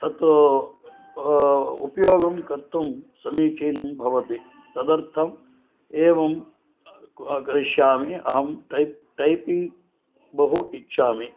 ततो उपयोगं कर्तुं समीचीनं भवति तदर्थम् एवं करिष्यामि अहं टैपिङ्ग् बहु इच्छामि